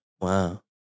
Wow